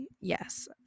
Yes